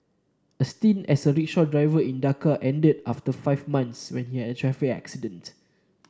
a stint as a rickshaw driver in Dhaka ended after five months when he had a traffic accident